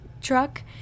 truck